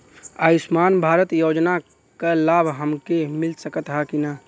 आयुष्मान भारत योजना क लाभ हमके मिल सकत ह कि ना?